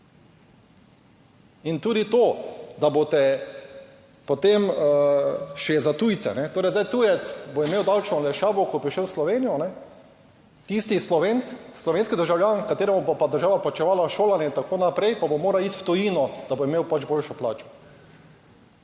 In tudi to, da boste potem še za tujce, torej, zdaj tujec bo imel davčno olajšavo, ko bo prišel v Slovenijo, tisti Slovenec, slovenski državljan, ki mu bo pa država plačevala šolanje in tako naprej, pa bo moral iti v tujino, da bo imel boljšo plačo.